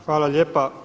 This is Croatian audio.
Hvala lijepa.